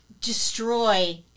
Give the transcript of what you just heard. destroy